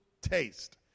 taste